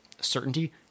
certainty